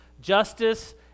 justice